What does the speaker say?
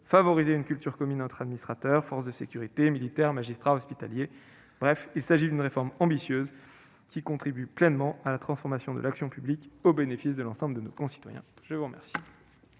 d'une culture commune entre administrateurs, forces de sécurité, militaires, magistrats, hospitaliers. Bref, il s'agit d'une réforme ambitieuse qui participe pleinement de la transformation de l'action publique au bénéfice de l'ensemble de nos concitoyens. Nous allons